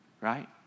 right